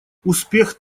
успех